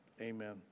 Amen